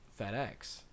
FedEx